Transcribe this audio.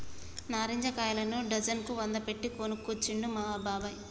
నారింజ కాయలను డజన్ కు వంద పెట్టి కొనుకొచ్చిండు మా బాబాయ్